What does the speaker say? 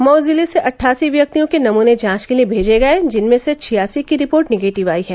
मऊ जिले से अट्ठासी व्यक्तियों के नमूने जांच के लिए भेजे गए जिनमें से छियासी की रिपोर्ट निगेटिव आयी है